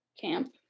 camp